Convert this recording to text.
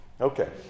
Okay